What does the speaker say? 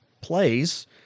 plays